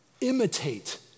imitate